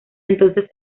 entonces